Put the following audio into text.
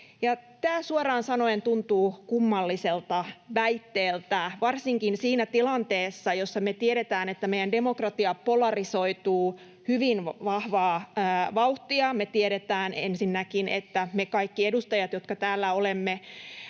Tämä suoraan sanoen tuntuu kummalliselta väitteeltä, varsinkin siinä tilanteessa, jossa me tiedetään, että meidän demokratia polarisoituu hyvin vahvaa vauhtia. Me kaikki edustajat, jotka tänne olemme